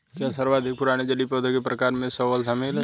क्या सर्वाधिक पुराने जलीय पौधों के प्रकार में शैवाल शामिल है?